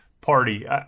party